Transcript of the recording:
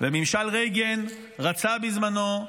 ממשל רייגן רצה בזמנו,